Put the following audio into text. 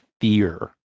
fear